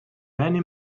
many